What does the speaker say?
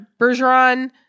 Bergeron